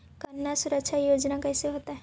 कन्या सुरक्षा योजना कैसे होतै?